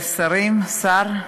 השרים, שר,